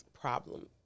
problem